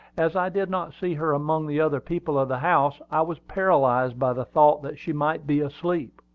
as i did not see her among the other people of the house, i was paralyzed by the thought that she might be asleep.